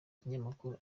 kinyamakuru